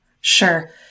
Sure